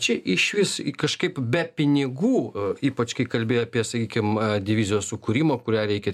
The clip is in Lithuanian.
čia išvis kažkaip be pinigų ypač kai kalbėjo apie sakykim divizijos sukūrimo kurią reikia